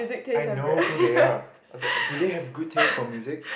I know who they are or they do they have a good taste for music